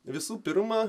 visų pirma